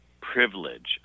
privilege